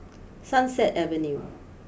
Sunset Avenue